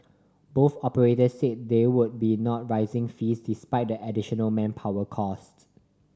both operators said they would be not raising fees despite the additional manpower cost